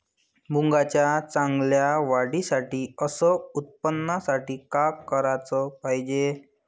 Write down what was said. मुंगाच्या चांगल्या वाढीसाठी अस उत्पन्नासाठी का कराच पायजे?